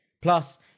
Plus